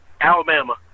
Alabama